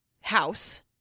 house